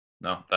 No